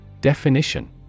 Definition